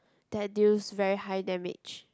that deals very high damage